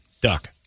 Duck